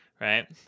right